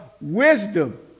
wisdom